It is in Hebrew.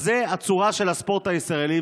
זאת הצורה של הספורט הישראלי,